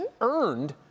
earned